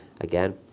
Again